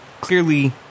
clearly